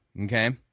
Okay